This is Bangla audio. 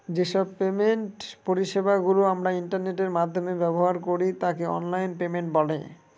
যে সব পেমেন্ট পরিষেবা গুলো আমরা ইন্টারনেটের মাধ্যমে ব্যবহার করি তাকে অনলাইন পেমেন্ট বলে